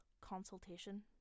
consultation